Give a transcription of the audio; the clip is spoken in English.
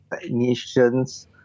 technicians